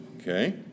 Okay